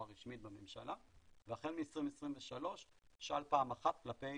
רשמית בממשלה והחל מ-2023 'שאל פעם אחת' כלפי